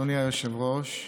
אדוני היושב-ראש,